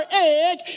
egg